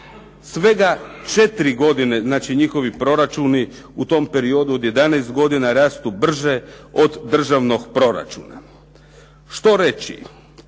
svega 4 godine, znači njihovi proračuni u tom periodu od 11 godina rastu brže od državnog proračuna. Što reći,